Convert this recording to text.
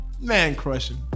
man-crushing